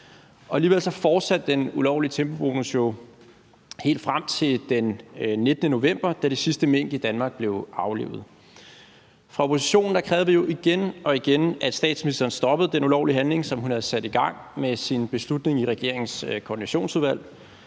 Og alligevel fortsatte den ulovlige tempobonus jo helt frem til den 19. november, da de sidste mink i Danmark blev aflivet. Fra oppositionens side krævede vi jo igen og igen, at statsministeren stoppede den ulovlige handling, som hun havde sat i gang med sin beslutning i regeringens koordinationsudvalg,